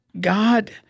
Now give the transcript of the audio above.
God